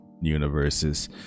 universes